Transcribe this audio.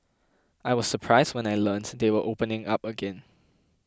I was surprised when I learnt they were opening up again